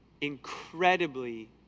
incredibly